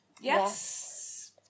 Yes